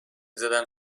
زدم